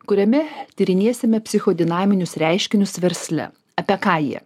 kuriame tyrinėsime psicho dinaminius reiškinius versle apie ką jie